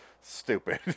Stupid